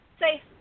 say